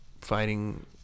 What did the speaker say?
fighting